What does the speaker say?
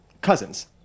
Cousins